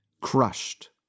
Crushed